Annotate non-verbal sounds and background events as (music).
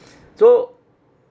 (noise) so